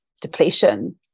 depletion